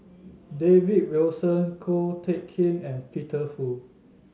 David Wilson Ko Teck Kin and Peter Fu